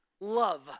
love